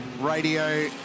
radio